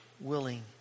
willing